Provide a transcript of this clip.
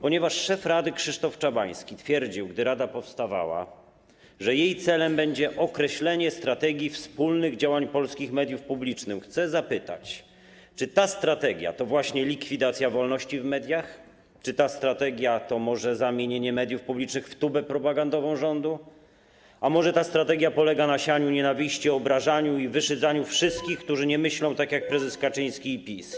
Ponieważ szef rady Krzysztof Czabański twierdził, gdy rada powstawała, że jej celem będzie określenie strategii wspólnych działań polskich mediów publicznych, chcę zapytać, czy ta strategia to właśnie likwidacja wolności w mediach, czy ta strategia to może zamienienie mediów publicznych w tubę propagandową rządu, a może ta strategia polega na sianiu nienawiści, obrażaniu i wyszydzaniu wszystkich, którzy nie myślą tak jak prezes Kaczyński i PiS.